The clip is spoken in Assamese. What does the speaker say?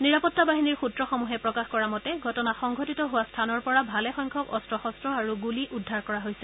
নিৰাপত্তা বাহিনীৰ সূত্ৰসমূহে প্ৰকাশ কৰা মতে ঘটনা সংঘটিত হোৱা স্থানৰ পৰা ভালেসংখ্যক অস্ত্ৰ শস্ত্ৰ আৰু গুলী উদ্ধাৰ কৰা হৈছে